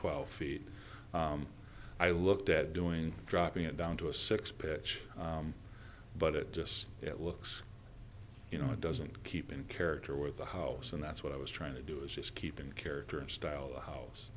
twelve feet i looked at doing dropping it down to a six pitch but it just looks you know it doesn't keep in character with the house and that's what i was trying to do is just keep in character and style the house